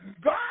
God